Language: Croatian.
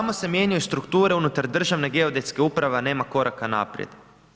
Samo se mijenjaju strukture unutar državne geodetske uprave, a nema koraka naprijed.